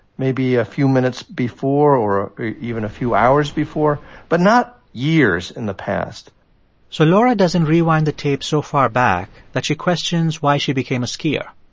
maybe a few minutes before or even a few hours before but not years in the past so laura doesn't rewind the tape so far back that she questions why she became a skier.